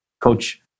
Coach